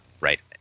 right